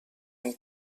hem